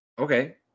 okay